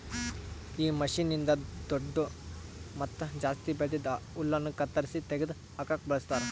ಈ ಮಷೀನ್ನ್ನಿಂದ್ ದೊಡ್ಡು ಮತ್ತ ಜಾಸ್ತಿ ಬೆಳ್ದಿದ್ ಹುಲ್ಲನ್ನು ಕತ್ತರಿಸಿ ತೆಗೆದ ಹಾಕುಕ್ ಬಳಸ್ತಾರ್